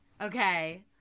Okay